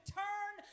turn